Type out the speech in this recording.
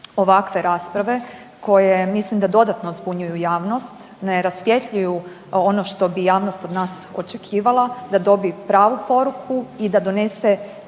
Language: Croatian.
ovakve rasprave koje mislim da dodatno zbunjuju javnost, ne rasvjetljuju ono što bi javnost od nas očekivala da dobi pravu poruku i da donese